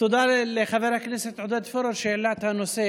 תודה לחבר הכנסת עודד פורר על שהעלה את הנושא.